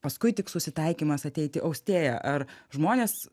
paskui tik susitaikymas ateiti austėja ar žmonės